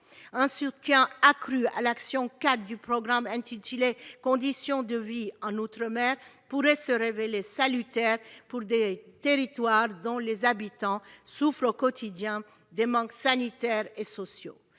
Un soutien accru à l'action n° 04 du programme 123, « Conditions de vie en outre-mer », pourrait se révéler salutaire pour des territoires dont les habitants souffrent au quotidien de manques sanitaires et sociaux,